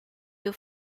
you